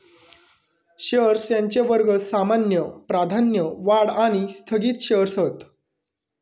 shares यांचे वर्ग सामान्य, प्राधान्य, वाढ आणि स्थगित शेअर्स हत